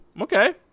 Okay